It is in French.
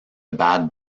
bade